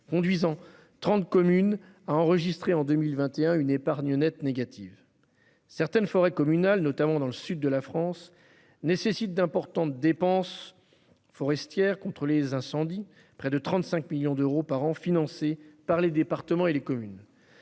conduisant 30 communes à enregistrer en 2021 une épargne nette négative. Certaines forêts communales, notamment dans le sud de la France, nécessitent d'importantes dépenses pour la défense contre les incendies. Près de 35 millions d'euros sont ainsi financés chaque année par les départements et les communes.